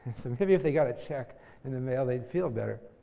maybe, if they got a check in the mail, they'd feel better.